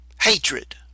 Hatred